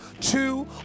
Two